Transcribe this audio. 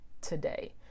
today